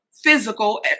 physical